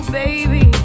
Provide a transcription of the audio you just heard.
baby